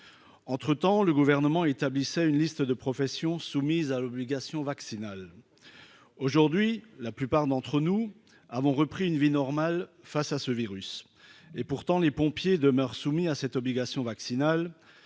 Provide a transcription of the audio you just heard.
entre-temps le gouvernement établissait une liste de professions soumises à l'obligation vaccinale, aujourd'hui, la plupart d'entre nous avons repris une vie normale face à ce virus, et pourtant les pompiers demeure soumis à cette obligation vaccinale,